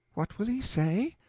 what will he say?